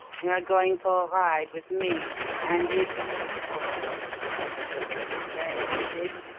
you are going for a ride with me and if oh, that's your little game, is it?